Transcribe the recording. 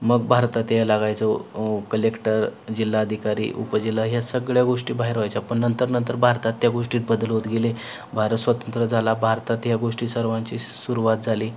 मग भारतात या लागायचं कलेक्टर जिल्हा अधिकारी उपजिल्हा ह्या सगळ्या गोष्टी बाहेर व्हायच्या पण नंतर नंतर भारतात त्या गोष्टीत बदल होत गेले भारत स्वतंत्र झाला भारतात ह्या गोष्टी सर्वांची सुरुवात झाली